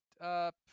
up